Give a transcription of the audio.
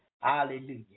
Hallelujah